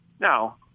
Now